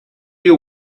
you